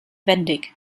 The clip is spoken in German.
wendig